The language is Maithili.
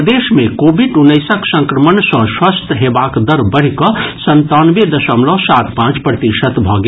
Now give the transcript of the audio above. प्रदेश मे कोविड उन्नैसक संक्रमण सँ स्वस्थ हेबाक दर बढ़ि कऽ संतानवे दशमलव सात पांच प्रतिशत भऽ गेल